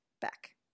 back